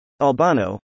Albano